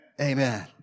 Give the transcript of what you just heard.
Amen